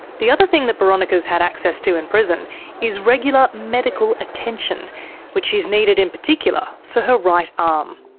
the other thing that boronika's had access to in prison is regular medical attention which she's needed in particular for her right arm.